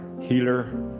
healer